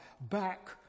back